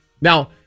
Now